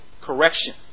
correction